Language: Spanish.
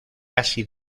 casi